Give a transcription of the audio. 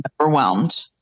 overwhelmed